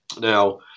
Now